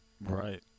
right